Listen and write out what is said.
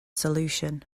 solution